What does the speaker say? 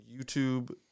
YouTube